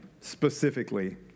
specifically